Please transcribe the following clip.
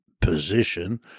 position